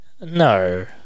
no